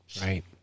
right